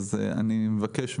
אז אני מבקש,